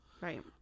Right